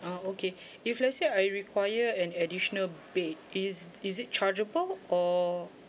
ah okay if let's say I require an additional bed is is it chargeable or